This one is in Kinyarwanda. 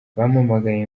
bampamagaye